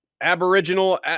Aboriginal